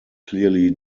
clearly